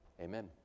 Amen